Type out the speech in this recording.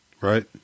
Right